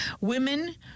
Women